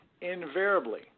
invariably